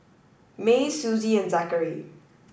Mae Suzie and Zackery